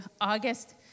August